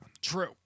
True